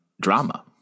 drama